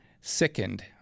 sickened